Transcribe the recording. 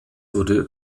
wurde